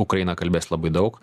ukraina kalbės labai daug